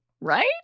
right